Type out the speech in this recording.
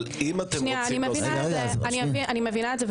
אני מבינה את זה,